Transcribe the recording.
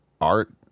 art